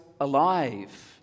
alive